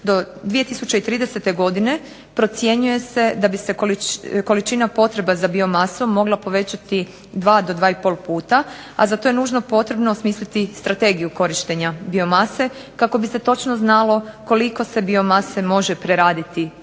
Do 2030. godine procjenjuje se da bi se količina potreba za biomasom mogla povećati 2 do 2 i pol puta, a za to je nužno potrebno osmisliti strategiju korištenja biomase, kako bi se točno znalo koliko se biomase može preraditi